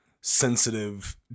sensitive